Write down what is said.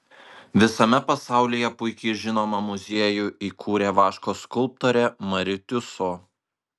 visame pasaulyje puikiai žinomą muziejų įkūrė vaško skulptorė mari tiuso